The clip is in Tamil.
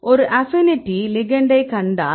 ஒரு அப்பினிடி லிகெெண்ட்டை கண்டால்